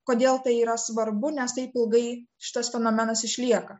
kodėl tai yra svarbu nes taip ilgai šitas fenomenas išlieka